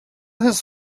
his